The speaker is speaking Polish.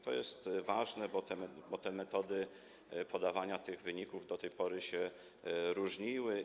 To jest ważne, bo metody podawania tych wyników do tej pory się różniły.